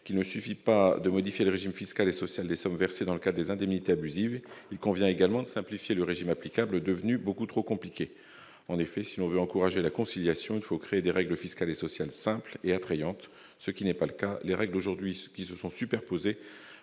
qu'il ne suffit pas de modifier le régime fiscal et social des sommes versées en cas d'indemnités abusives ; il convient également de simplifier le régime applicable, devenu beaucoup trop compliqué. En effet, si l'on souhaite encourager la conciliation, il faut créer des règles fiscales et sociales simples et attrayantes, ce qu'elles ne sont pas toujours aujourd'hui. Les règles qui se sont superposées